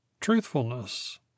Truthfulness